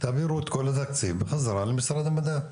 תעבירו את כל התקציב בחזרה למשרד המדע.